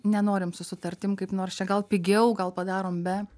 nenorim su sutartimi kaip nors čia gal pigiau gal padarom be